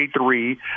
three